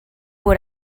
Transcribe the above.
what